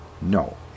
no